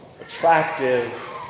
attractive